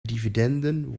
dividenden